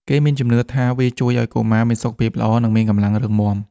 គេមានជំនឿថាវាជួយឱ្យកុមារមានសុខភាពល្អ និងមានកម្លាំងរឹងមាំ។